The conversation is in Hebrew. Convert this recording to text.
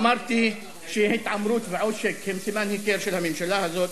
אמרתי שהתעמרות ועושק הם סימן היכר של הממשלה הזאת,